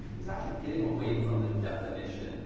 is actually getting away from the definition,